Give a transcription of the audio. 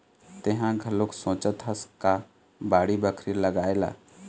तेंहा घलोक सोचत हस का बाड़ी बखरी लगाए ला?